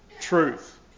truth